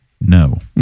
no